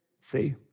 See